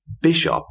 Bishop